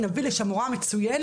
נביא לשם מורה מצוינת,